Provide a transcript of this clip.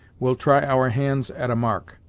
we'll try our hands at a mark.